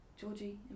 Georgie